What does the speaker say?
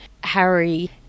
Harry